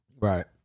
Right